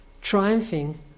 triumphing